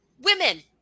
women